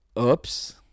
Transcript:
oops